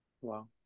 Wow